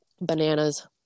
bananas